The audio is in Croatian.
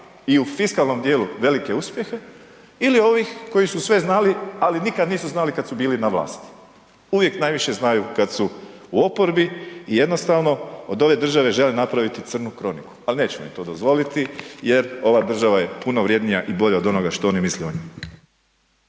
i u fiskalnom dijelu velike uspjehe ili ovih koji su sve znali, ali nikad nisu znali kad su bili na vlasti, uvijek najviše znaju kad su u oporbi i jednostavno od ove države žele napraviti crnu kroniku, al nećemo im to dozvoliti jer ova država je puno vrjednija i bolja od onoga što oni misle